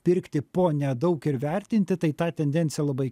pirkti po nedaug ir vertinti tai tą tendenciją labai